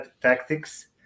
tactics